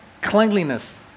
cleanliness